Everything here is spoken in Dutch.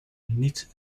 niet